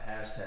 hashtag